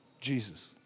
Jesus